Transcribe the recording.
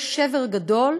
יש שבר גדול,